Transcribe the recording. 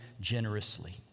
generously